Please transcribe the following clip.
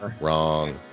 Wrong